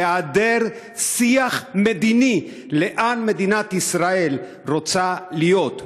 בהיעדר שיח מדיני לאן מדינת ישראל רוצה ללכת,